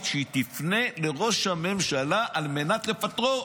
שהיא תפנה לראש הממשלה על מנת לפטרו.